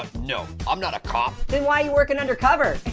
no, i'm not a cop. then why you workin' undercover?